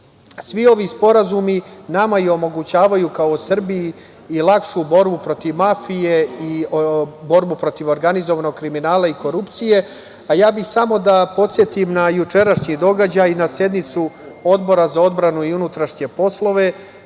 Svi ovi sporazumi nama omogućavaju, kao Srbiji, lakšu borbu protiv mafije i borbu protiv organizovanog kriminala i korupcije. Samo bih da podsetim na jučerašnji događaj, na sednicu Odbora za odbranu i unutrašnje poslove,